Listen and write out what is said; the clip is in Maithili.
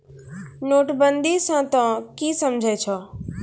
नोटबंदी स तों की समझै छौ